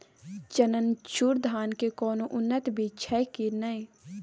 चननचूर धान के कोनो उन्नत बीज छै कि नय?